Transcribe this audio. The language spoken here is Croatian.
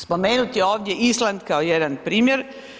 Spomenut je ovdje Island kao jedan primjer.